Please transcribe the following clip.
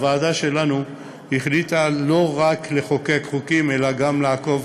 הוועדה שלנו החליטה לא רק לחוקק חוקים אלא גם לעקוב